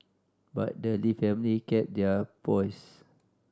but the Lee family kept their poise